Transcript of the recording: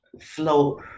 flow